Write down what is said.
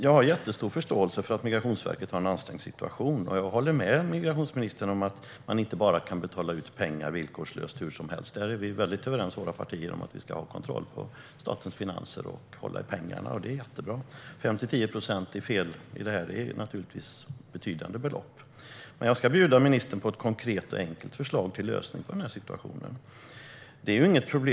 Jag har stor förståelse för att Migrationsverket har en ansträngd situation. Jag håller med migrationsministern om att man inte bara kan betala ut pengar villkorslöst hur som helst - våra partier är överens om att vi ska ha kontroll på statens finanser och hålla i pengarna. Det är jättebra, för 5-10 procent fel i detta innebär betydande belopp. Jag ska bjuda ministern på ett konkret och enkelt förslag till lösning på denna situation.